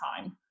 time